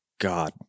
God